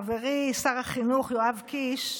חברי שר החינוך יואב קיש,